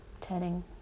turning